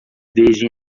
desde